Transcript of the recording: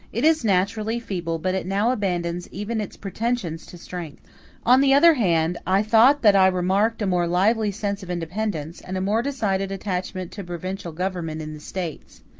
it is naturally feeble, but it now abandons even its pretensions to strength on the other hand, i thought that i remarked a more lively sense of independence, and a more decided attachment to provincial government in the states.